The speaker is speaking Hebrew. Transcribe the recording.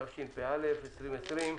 התשפ"א-2020,